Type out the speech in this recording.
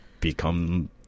become